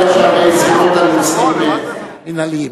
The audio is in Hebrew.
חבר הכנסת בר-און, מינהליים.